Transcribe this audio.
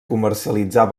comercialitzar